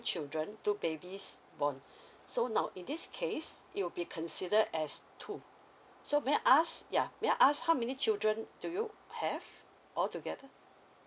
children two babies born so now in this case it will be considered as two so may I ask yeah may I ask how many children do you have all together